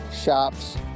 shops